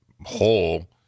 whole